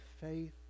faith